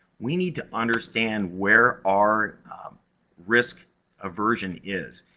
we need to understand where our risk aversion is.